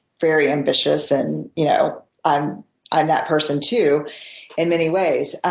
very ambitious and you know i'm i'm that person too in many ways.